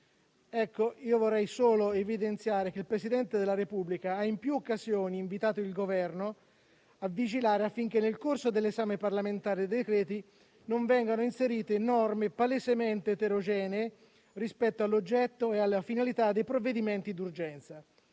Vorrei solo evidenziare che il Presidente della Repubblica ha in più occasioni invitato il Governo a vigilare affinché, nel corso dell'esame parlamentare di decreti, non vengano inserite norme palesemente eterogenee rispetto all'oggetto e alla finalità dei provvedimenti d'urgenza.